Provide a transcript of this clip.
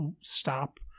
stop